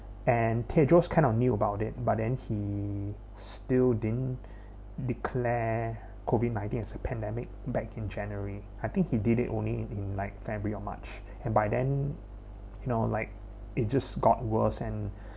and tedros kind of knew about it but then he still didn't declare COVID nineteen as a pandemic back in january I think he did it only in like february or march and by then you know like it just got worse and